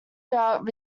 drought